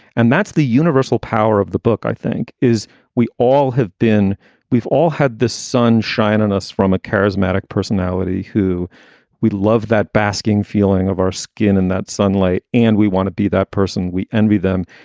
and that's the universal power of the book, i think is we all have been we've all had the sun shine on us from a charismatic personality who we love, that basking feeling of our skin in that sunlight. and we want to be that person. we envy them.